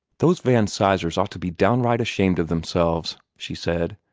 those van sizers ought to be downright ashamed of themselves, she said,